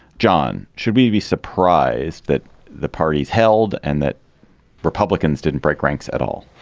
jon should we be surprised that the parties held and that republicans didn't break ranks at all.